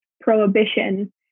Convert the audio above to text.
prohibition